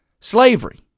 Slavery